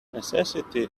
necessity